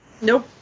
Nope